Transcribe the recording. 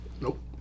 Nope